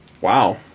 wow